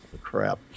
crap